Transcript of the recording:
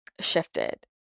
shifted